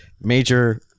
major